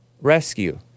Rescue